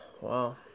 Wow